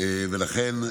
ולכן,